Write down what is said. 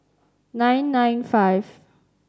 nine nine five